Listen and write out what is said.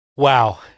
Wow